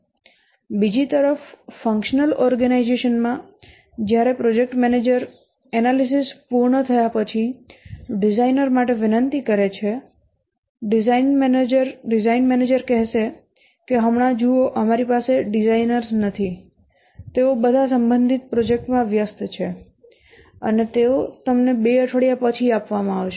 બીજી તરફ functional organisation માં જ્યારે પ્રોજેક્ટ મેનેજર એનાલિસિસ પૂર્ણ થયા પછી ડિઝાઇનર માટે વિનંતી કરે છે ડિઝાઇન મેનેજર કહેશે કે હમણાં જુઓ અમારી પાસે ડિઝાઇનર્સ નથી તેઓ બધા સંબંધિત પ્રોજેક્ટ્સમાં વ્યસ્ત છે અને તેઓ તમને 2 અઠવાડિયા પછી આપવામાં આવશે